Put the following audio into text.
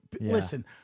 Listen